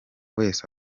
wese